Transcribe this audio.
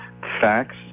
facts